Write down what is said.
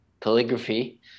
calligraphy